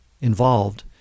involved